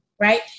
right